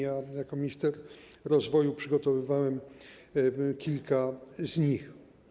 Ja jako minister rozwoju przygotowywałem kilka z nich.